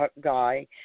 guy